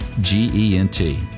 G-E-N-T